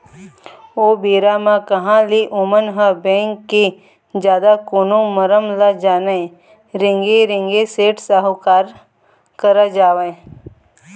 ओ बेरा म कहाँ ले ओमन ह बेंक के जादा कोनो मरम ल जानय रेंगे रेंगे सेठ साहूकार करा जावय